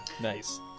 Nice